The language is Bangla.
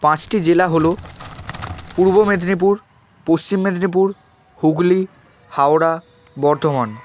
পাঁচটি জেলা হল পূর্ব মেদিনীপুর পশ্চিম মেদিনীপুর হুগলি হাওড়া বর্ধমান